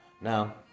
Now